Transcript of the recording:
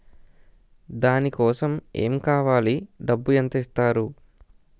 దాని కోసం ఎమ్ కావాలి డబ్బు ఎంత ఇస్తారు?